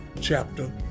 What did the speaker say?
chapter